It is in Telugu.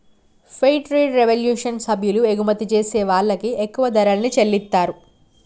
ఫెయిర్ ట్రేడ్ రెవల్యుషన్ సభ్యులు ఎగుమతి జేసే వాళ్ళకి ఎక్కువ ధరల్ని చెల్లిత్తారు